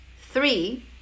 Three